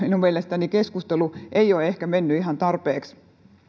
minun mielestäni poliittinen keskustelu ei ole ehkä mennyt ihan tarpeeksi